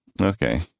Okay